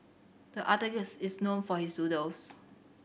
the is known for his doodles